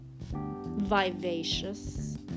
vivacious